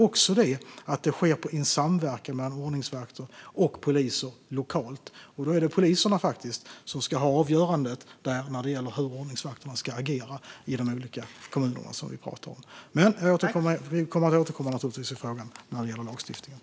När det gäller samverkan mellan polis och ordningsvakter lokalt är det polisen som avgör hur ordningsvakterna ska agera inom kommunen. Vi återkommer i fråga om lagstiftningen.